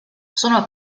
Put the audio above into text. sono